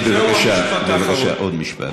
עוד משפט.